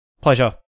Pleasure